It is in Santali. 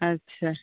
ᱟᱪᱪᱷᱟ